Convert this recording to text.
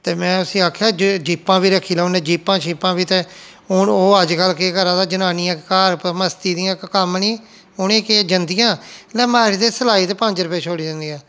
ते में उस्सी आखेआ जे जिप्पां बी रक्खी ले उ'न्नै जिप्पां शिप्पां बी ते हून ओह् अजकल्ल केह् करा दा जनानियां घर मस्ती दियां कम्म निं उ'नेंगी केह् जंदियां लै मारी दे सलाई ते पंज रपे छोड़ी दिंदियां